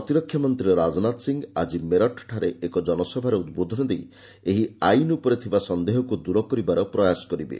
ପ୍ରତିରକ୍ଷା ମନ୍ତ୍ରୀ ରାଜନାଥ ସିଂହ ଆଜି ମେରଠରେ ଏକ ଜନସଭାରେ ଉଦ୍ବୋଧନ ଦେଇ ଏହି ଆଇନ ଉପରେ ଥିବା ସନ୍ଦେହକୁ ଦୂର କରିବାର ପ୍ରୟାସ କରିବେ